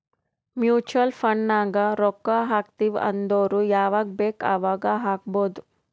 mutual fund ನಾಗ್ ರೊಕ್ಕಾ ಹಾಕ್ತಿವ್ ಅಂದುರ್ ಯವಾಗ್ ಬೇಕ್ ಅವಾಗ್ ಹಾಕ್ಬೊದ್